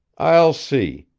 i'll see,